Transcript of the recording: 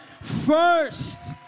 first